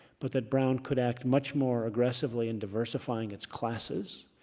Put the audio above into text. but that brown could act much more aggressively in diversifying its classes.